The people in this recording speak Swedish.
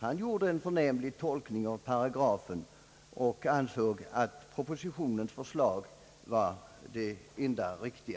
Han gjorde en förnämlig tolkning av paragrafen och ansåg att propositionens förslag var det enda riktiga.